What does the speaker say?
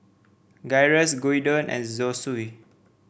Gyros Gyudon and Zosui